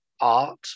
art